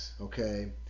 Okay